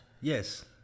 Yes